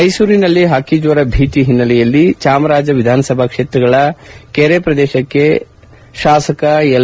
ಮೈಸೂರಿನಲ್ಲಿ ಹಕ್ಕಿ ಜ್ವರ ಭೀತಿ ಹಿನ್ನೆಲೆಯಲ್ಲಿ ಚಾಮರಾಜ ವಿಧಾನಸಭಾ ಕ್ಷೇತ್ರದ ಕೆರೆಗಳ ಪ್ರದೇಶಕ್ಕೆ ಶಾಸಕ ಎಲ್